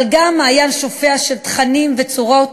אבל גם מעיין שופע של תכנים וצורות